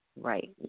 Right